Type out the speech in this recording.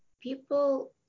people